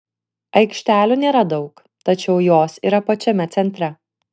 aikštelių nėra daug tačiau jos yra pačiame centre